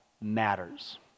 matters